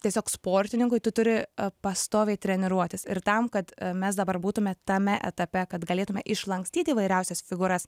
tiesiog sportininkui tu turi pastoviai treniruotis ir tam kad mes dabar būtume tame etape kad galėtume išlankstyt įvairiausias figūras